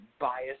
bias